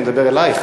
אני מדבר אלייך,